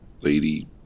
lady